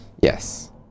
Yes